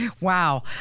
wow